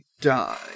die